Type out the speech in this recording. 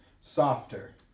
softer